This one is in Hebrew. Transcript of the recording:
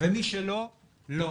ומי שלא לא'